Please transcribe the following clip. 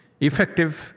effective